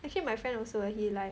actually my friend also leh he like